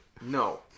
No